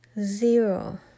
Zero